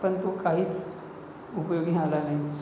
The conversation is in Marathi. पण तो काहीच उपयोगी आला नाही